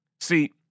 See